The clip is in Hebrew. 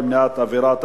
15,